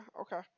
okay